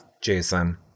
Jason